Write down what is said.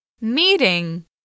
Meeting